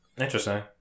Interesting